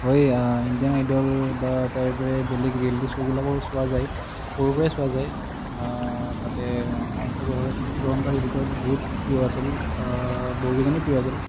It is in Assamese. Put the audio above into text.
হয় ইণ্ডিয়ান আইডল বা তাৰ দৰে বেলেগ ৰিয়েলিটী শ্বোবিলাকো চোৱা যায় সৰুৰ পৰাই চোৱা যায় তাতে অংশগ্ৰহণকাৰীৰ ভিতৰত বহুত প্ৰিয় আছিল বহু কেইজনেই প্ৰিয় আছিল